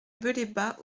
belébat